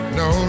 no